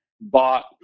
bought